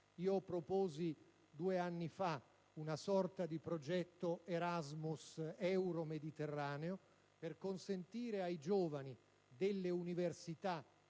ho proposto una sorta di progetto Erasmus euromediterraneo, per consentire ai giovani delle università